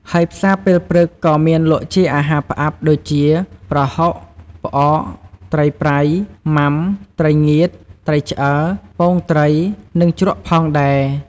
ហើយផ្សារពេលព្រឹកក៏មានលក់ជាអាហារផ្អាប់ ដូចជា ប្រហុក ផ្អក ត្រីប្រៃ មុាំ ត្រីងៀត ត្រីឆ្អើរ ពងត្រីនិង ជ្រក់ផងដែរ។